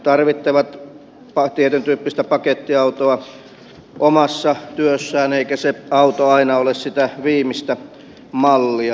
he tarvitsevat tietyntyyppistä pakettiautoa omassa työssään eikä se auto aina ole sitä viimeistä mallia